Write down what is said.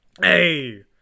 Hey